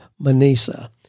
Manisa